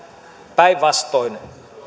päinvastoin